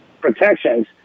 protections